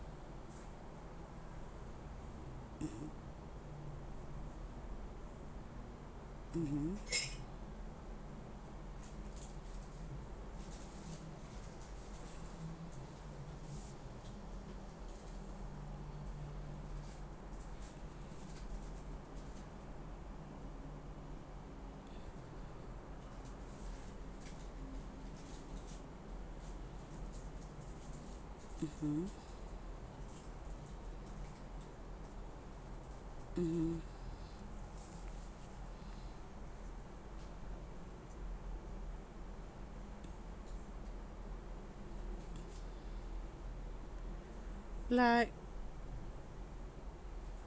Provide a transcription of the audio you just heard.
mmhmm mmhmm mmhmm like